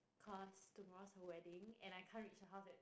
cause tomorrow's her wedding and I can't reach her house at